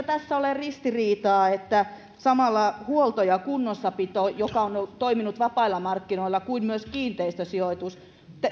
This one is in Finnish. tässä ole ristiriitaa että samalla huolto ja kunnossapito joka on on toiminut vapailla markkinoilla kuten myös kiinteistösijoitus